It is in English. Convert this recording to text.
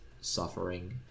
suffering